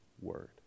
word